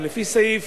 ולפי סעיף